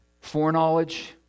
Foreknowledge